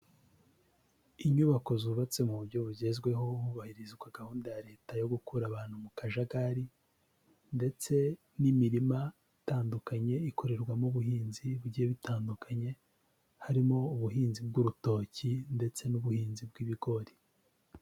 Inyubako zubatse mu buryo bugezweho, hubahirizwa gahunda ya leta yo gukura abantu mu kajagari, ndetse n'imirima itandukanye ikorerwamo ubuhinzi bugiye bitandukanye, harimo ubuhinzi bw'urutoki, ndetse n'ubuhinzi bw'ibigori.